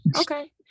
Okay